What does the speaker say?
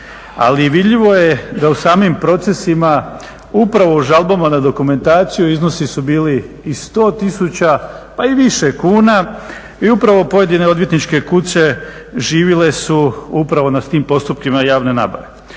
Ali vidljivo je da u samim procesima upravo u žalbama na dokumentaciju iznosi su bili i 100 tisuća, pa i više kuna i upravo pojedine odvjetničke kuće živile su upravo na tim postupcima javne nabave.